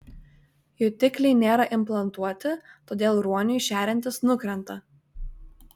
jutikliai nėra implantuoti todėl ruoniui šeriantis nukrenta